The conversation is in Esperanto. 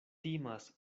timas